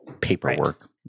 paperwork